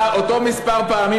למה ארבע נשים?